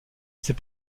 ces